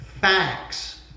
Facts